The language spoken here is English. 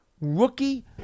rookie